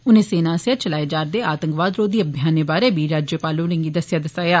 उनें सेना आस्सेआ चलाए जा'रदे आतंकवाद रोघी अभियानें बारे बी राज्यपाल होरें गी दस्सेआ दसाया